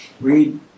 read